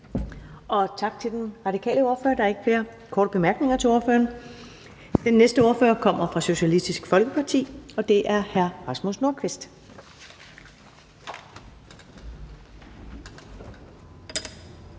Tak til den radikale ordfører. Der er ikke flere korte bemærkninger til ordføreren. Den næste ordfører kommer fra Socialistisk Folkeparti, og det er hr. Rasmus Nordqvist.